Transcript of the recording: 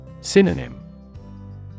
Synonym